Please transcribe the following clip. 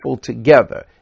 together